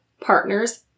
partner's